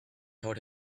told